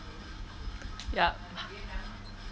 yup